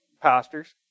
pastors